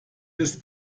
ist